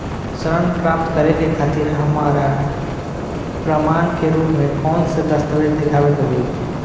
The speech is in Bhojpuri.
ऋण प्राप्त करे के खातिर हमरा प्रमाण के रूप में कउन से दस्तावेज़ दिखावे के होइ?